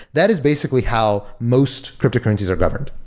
that is basically how most cryptocurrencies are governed.